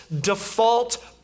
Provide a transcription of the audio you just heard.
default